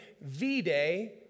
V-Day